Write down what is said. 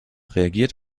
reagiert